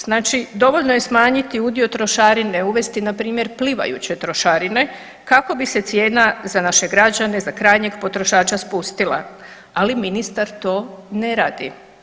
Znači dovoljno je smanjiti udio trošarine, uvesti npr. plivajuće trošarine kako bi se cijena za naše građane, za krajnjeg potrošača spustila, ali ministar to ne radi.